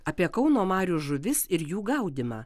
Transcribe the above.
apie kauno marių žuvis ir jų gaudymą